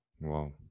Wow